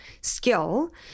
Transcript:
skill